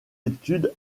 études